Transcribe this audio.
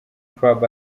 club